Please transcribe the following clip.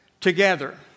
together